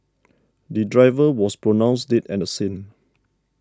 the driver was pronounced dead at the scene